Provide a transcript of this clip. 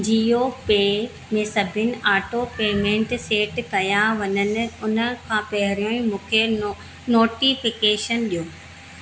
Jio pay में सभिनि autopayment set कया वञनि उन खां पहिरियों ई मूंखे नोटिफिकेशन ॾियो